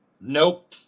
Nope